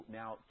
now